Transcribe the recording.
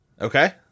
Okay